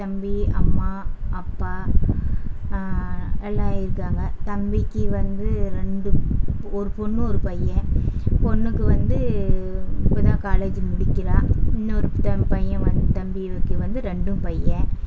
தம்பி அம்மா அப்பா எல்லாம் இருக்காங்க தம்பிக்கு வந்து ரெண்டு ஒரு பெண்ணு ஒரு பையன் பெண்ணுக்கு வந்து இப்போ தான் காலேஜ் முடிக்கிறா இன்னோரு தம்பிப் பையன் வந்து தம்பிக்கு வந்து ரெண்டும் பையன்